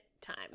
time